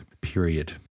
period